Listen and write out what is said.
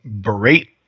berate